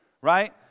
right